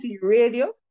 Radio